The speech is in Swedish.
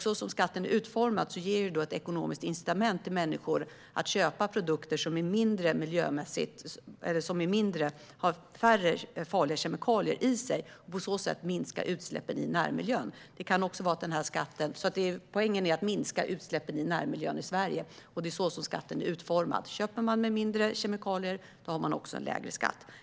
Som skatten är utformad ges ett ekonomiskt incitament för människor att köpa produkter som har färre farliga kemikalier i sig, och på så sätt minskar utsläppen i närmiljön. Poängen är att minska utsläppen i närmiljön i Sverige, och det är så som skatten är utformad. Köper man produkter med mindre kemikalier har man också en lägre skatt.